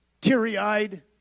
teary-eyed